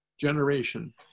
generation